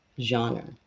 genre